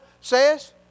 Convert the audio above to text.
says